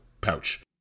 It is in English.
pouch